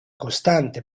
costante